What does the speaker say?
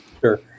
Sure